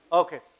okay